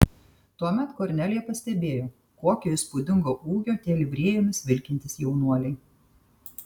tuomet kornelija pastebėjo kokio įspūdingo ūgio tie livrėjomis vilkintys jaunuoliai